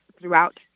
throughout